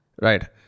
Right